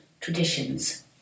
traditions